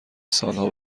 سالها